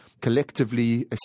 collectively